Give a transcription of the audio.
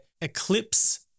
eclipse